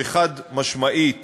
שחד-משמעית